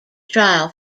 trial